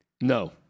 No